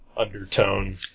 undertone